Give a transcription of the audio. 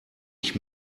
ich